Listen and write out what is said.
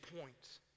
points